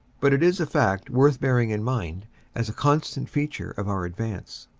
but it is a fact worth bearing in mind as a constant feature of our advance.